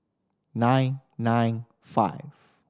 nine nine five